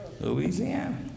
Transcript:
Louisiana